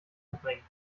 verbringen